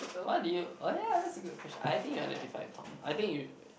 what do you oh yeah that's a good question I think you identify with Tom I think you